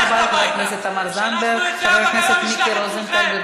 חבר הכנסת אורן אסף חזן, ראיתי שאתה רשום לדבר.